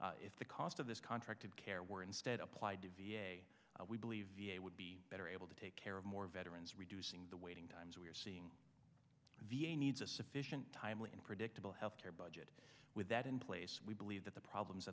system if the cost of this contracted care were instead applied to v a we believe v a would be better able to take care of more veterans reducing the waiting times we're seeing v a needs a sufficient timely and predictable health care budget with that in place we believe that the problems